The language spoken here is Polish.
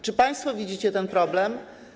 Czy państwo widzicie ten problem?